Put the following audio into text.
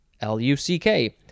L-U-C-K